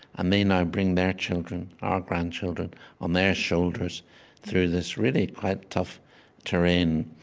and they now bring their children, our grandchildren on their shoulders through this really quite tough terrain.